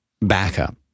backup